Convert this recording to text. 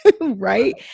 right